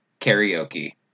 karaoke